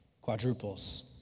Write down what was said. quadruples